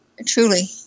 Truly